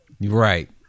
Right